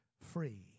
free